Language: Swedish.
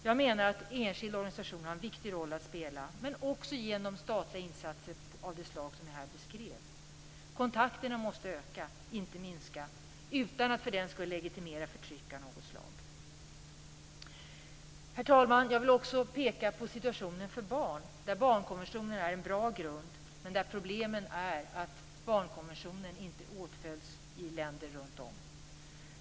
Jag menar att enskilda organisationer har en viktig roll att spela, men det behövs också statliga insatser av det slag som jag här beskrev. Kontakterna måste öka, inte minska, utan att för den skull legitimera förtryck av något slag. Herr talman! Jag vill också peka på situationen för barn. Barnkonventionen är en bra grund, men problemet är att den inte åtföljs i länder runtom.